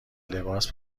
لباس